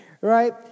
Right